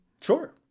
Sure